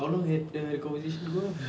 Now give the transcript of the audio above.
how long had the conversation go